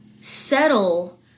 settle